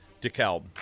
DeKalb